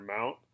mount